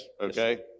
okay